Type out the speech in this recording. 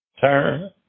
turn